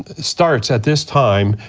ah starts at this time,